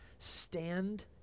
Stand